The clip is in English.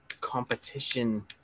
competition